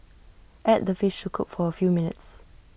add the fish to cook for A few minutes